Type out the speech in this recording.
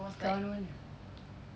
kawan mana